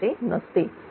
हे काहीही असू शकते